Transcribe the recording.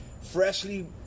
freshly